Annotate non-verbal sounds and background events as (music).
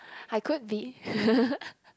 I could be (laughs)